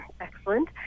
Excellent